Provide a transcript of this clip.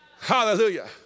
Hallelujah